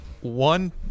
one